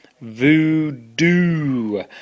Voodoo